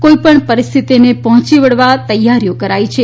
કોઇપણ પરિસ્થિતિને પહોંચી વળવા તૈયારીઓ કરાઇ છે